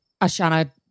Ashana